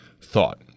thought